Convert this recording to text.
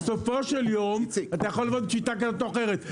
בסופו של יום אתה יכול לעבוד בשיטה כזאת או אחרת.